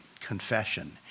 confession